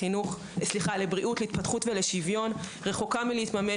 להתפתחות ולשוויון רחוקה מלהתממש.